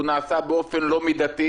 הוא נעשה באופן לא מידתי.